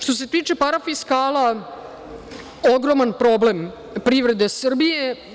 Što se tiče parafiskala, ogroman problem privrede Srbije.